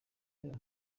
kera